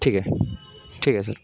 ठीक आहे ठीक आहे सर